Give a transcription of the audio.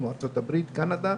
כמו ארצות הברית וקנדה,